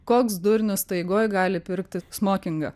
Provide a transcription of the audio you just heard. koks durnius taigoj gali pirkti smokingą